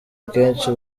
akenshi